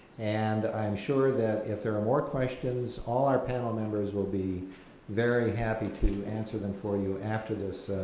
and i'm sure that if there are more questions, all our panel members will be very happy to answer them for you after this